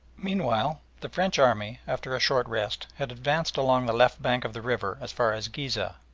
meanwhile the french army, after a short rest, had advanced along the left bank of the river as far as ghizeh,